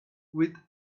with